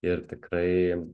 ir tikrai